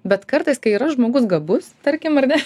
bet kartais kai yra žmogus gabus tarkim ar ne